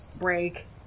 break